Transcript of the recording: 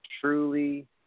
truly